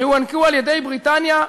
שהוענקו על-ידי בריטניה,